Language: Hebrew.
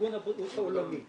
ארגון הבריאות העולמי,